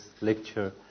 lecture